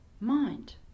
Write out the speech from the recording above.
mind